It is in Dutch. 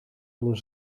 toen